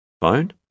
Phone